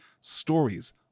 stories